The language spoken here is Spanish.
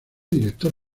director